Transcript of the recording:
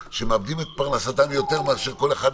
שמאבדים את פרנסתם יותר מאשר כל אחד אחר.